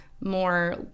more